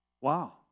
Wow